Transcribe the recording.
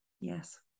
Yes